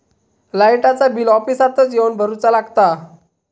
लाईटाचा बिल ऑफिसातच येवन भरुचा लागता?